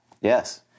Yes